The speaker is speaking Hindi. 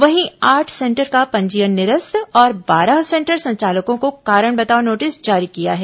वहीं आठ सेंटर का पंजीयन निरस्त और बारह सेंटर संचालकों को कारण बताओ नोटिस जारी किया गया है